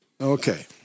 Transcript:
Okay